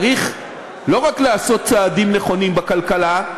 צריך לא רק לעשות צעדים נכונים בכלכלה,